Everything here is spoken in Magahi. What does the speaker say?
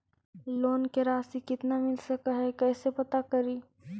लोन के रासि कितना मिल सक है कैसे पता करी?